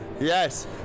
yes